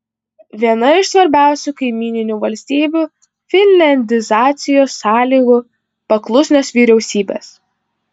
viena iš svarbiausių kaimyninių valstybių finliandizacijos sąlygų paklusnios vyriausybės